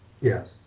Yes